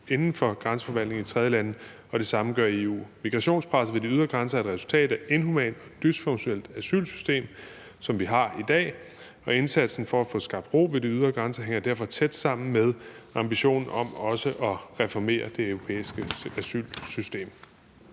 inden for grænseforvaltningen i tredjelande, og det samme gør EU. Migrationspresset ved de ydre grænser er et resultat af et inhumant og dysfunktionelt asylsystem, som vi har i dag, og indsatsen for at få skabt ro ved de ydre grænser hænger derfor også tæt sammen med ambitionen om at reformere det europæiske asylsystem.